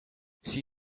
see